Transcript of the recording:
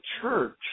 church